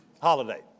holiday